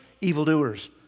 evildoers